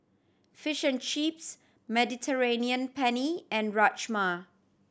Fish and Chips Mediterranean Penne and Rajma